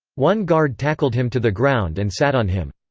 one guard tackled him to the ground and sat on him.